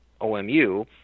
OMU